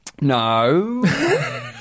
No